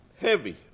heavy